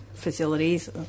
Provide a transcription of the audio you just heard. facilities